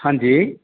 ਹਾਂਜੀ